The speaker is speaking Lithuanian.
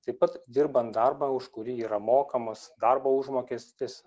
taip pat dirbant darbą už kurį yra mokamas darbo užmokestis